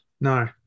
No